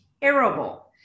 terrible